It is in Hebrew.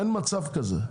אין מצב כזה.